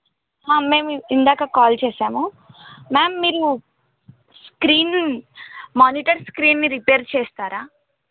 మేము ఇందాక కాల్ చేసాము మ్యామ్ మీరు స్క్రీన్ మానిటర్ స్క్రీన్ని రిపేర్ చేస్తారా